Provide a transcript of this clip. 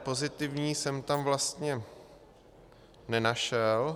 Pozitivní jsem tam vlastně nenašel.